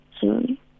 Sorry